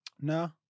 No